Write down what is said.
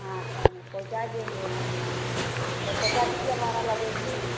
हाँ कौन है पहुँचा देंगे न तो पचास रुपया भाड़ा लगेंगे